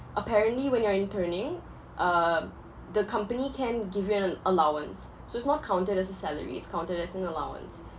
apparently when you are interning um the company can give you an allowance so it's not counted as a salary it's counted as an allowance